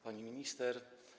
Pani Minister!